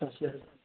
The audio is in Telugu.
గ్యారేజ్